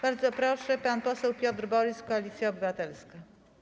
Bardzo proszę, pan poseł Piotr Borys, Koalicja Obywatelska.